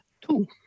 two